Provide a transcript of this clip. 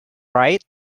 right